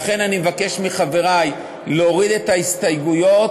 לכן אני מבקש מחברי להוריד את ההסתייגויות